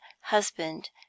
husband